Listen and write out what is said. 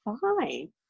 fine